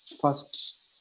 first